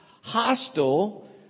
hostile